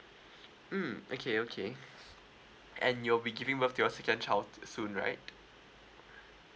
mm okay okay and you'll be giving birth to your second child soon right